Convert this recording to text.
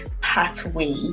pathway